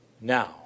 Now